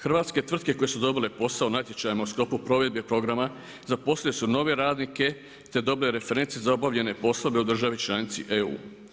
Hrvatske tvrtke koje su dobile posao natječajem u sklopu provedbe programa zaposlile su nove radnike, te dobile reference za obavljene poslove u državi članici EU.